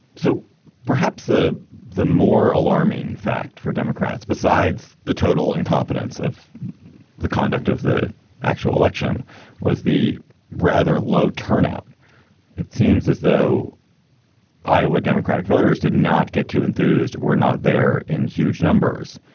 so perhaps the the more alarming fact for democrats, besides the total incompetence of the conduct of the actual election was the rather low turnout it seems as though iowa democratic voters did not get too enthused. we're not there in huge numbers.